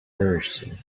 thirsty